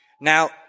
Now